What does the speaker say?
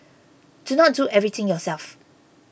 do not do everything yourself